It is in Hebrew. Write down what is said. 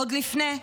עוד לפני זה.